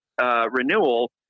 renewal